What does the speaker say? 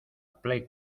play